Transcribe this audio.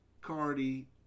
Cardi